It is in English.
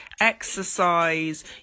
exercise